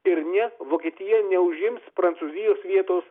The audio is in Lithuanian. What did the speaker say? ir ne vokietija neužims prancūzijos vietos